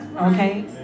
Okay